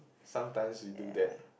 sometimes we do that